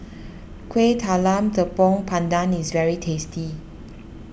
Kuih Talam Tepong Pandan is very tasty